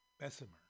Bessemer